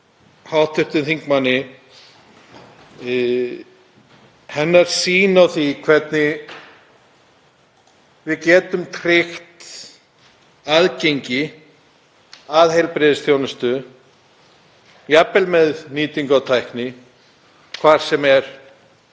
frá hv. þingmanni hennar sýn á því hvernig við getum tryggt aðgengi að heilbrigðisþjónustu, jafnvel með nýtingu á tækni, hvar sem er